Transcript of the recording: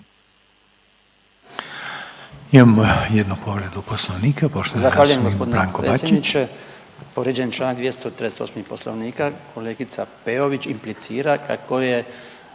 Imamo jednu povredu Poslovnika poštovani zastupnik Branko Bačić.